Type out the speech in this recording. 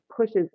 pushes